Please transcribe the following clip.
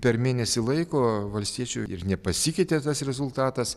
per mėnesį laiko valstiečių ir nepasikeitė tas rezultatas